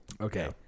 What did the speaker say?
Okay